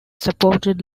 supported